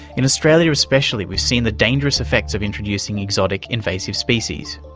in australia especially we've seen the dangerous effects of introducing exotic invasive species.